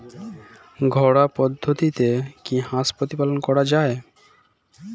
ঘরোয়া পদ্ধতিতে কি হাঁস প্রতিপালন করা যায়?